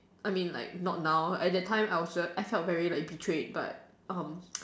I mean like not now I that time I felt very like betrayed but um